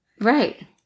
Right